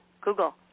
Google